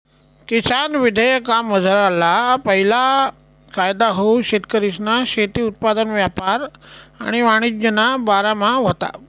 किसान विधेयकमझारला पैला कायदा हाऊ शेतकरीसना शेती उत्पादन यापार आणि वाणिज्यना बारामा व्हता